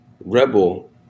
Rebel